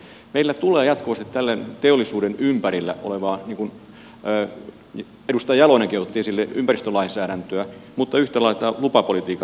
eli meillä tulee jatkuvasti teollisuuden ympärillä olevaa niin kuin edustaja jalonenkin otti esille ympäristölainsäädäntöä mutta yhtä lailla tätä lupapolitiikan lainsäädäntöä